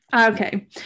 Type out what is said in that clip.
okay